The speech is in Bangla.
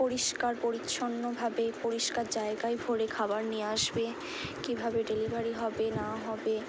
পরিষ্কার পরিচ্ছন্নভাবে পরিষ্কার জায়গায় ভরে খাবার নিয়ে আসবে কীভাবে ডেলিভারি হবে না হবে